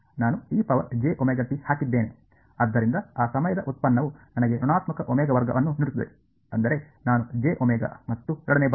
ಆದ್ದರಿಂದ ಆ ಸಮಯದ ಉತ್ಪನ್ನವು ನನಗೆ ಋಣಾತ್ಮಕ ಒಮೆಗಾ ವರ್ಗ ಅನ್ನು ನೀಡುತ್ತದೆ ಅಂದರೆ ನಾನು ಮತ್ತು ಎರಡನೇ ಬಾರಿಗೆ